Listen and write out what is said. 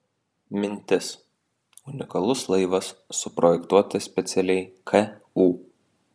mintis unikalus laivas suprojektuotas specialiai ku